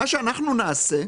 מה שאנחנו נעשה,